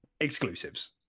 Exclusives